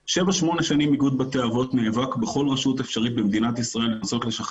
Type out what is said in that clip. למרות שאין להם אשרת עבודה ואנחנו קונסים